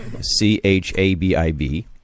c-h-a-b-i-b